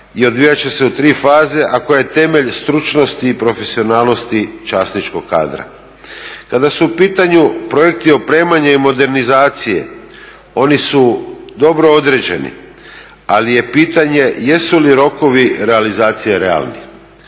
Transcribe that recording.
i odvijat će se u tri faze, a koja je temelj stručnosti i profesionalnosti časničkog kadra. Kada su u pitanju projekti opremanja i modernizacije oni su dobro određeni, ali je pitanje jesu li rokovi realizacije realni.